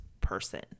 person